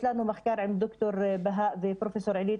יש לנו מחקר עם ד"ר בהאא ופרופ' עילית